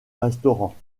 restaurants